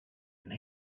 and